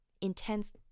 intense